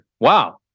Wow